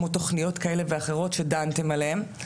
כמו תכניות כאלה ואחרות שדנתם עליהן.